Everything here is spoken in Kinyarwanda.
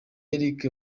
eric